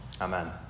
Amen